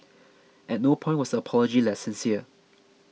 at no point was the apology less sincere